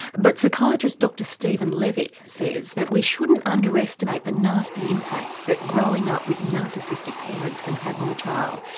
but psychiatrist dr stephen levick says that we shouldn't underestimate the nasty impact that growing up with narcissistic parents can have on a child.